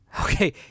Okay